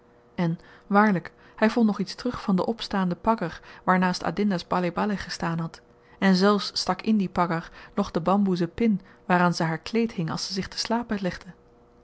en waarlyk hy vond nog iets terug van den opstaanden pagger waarnaast adinda's baleh-baleh gestaan had en zelfs stak in dien pagger nog de bamboezen pin waaraan ze haar kleed hing als ze zich te slapen legde